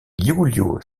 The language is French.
giulio